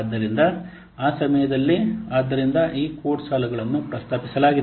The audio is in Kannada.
ಆದ್ದರಿಂದ ಆ ಸಮಯದಲ್ಲಿ ಆದ್ದರಿಂದ ಈ ಕೋಡ್ ಸಾಲುಗಳನ್ನು ಪ್ರಸ್ತಾಪಿಸಲಾಗಿದೆ